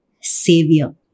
savior